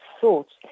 thoughts